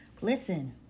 Listen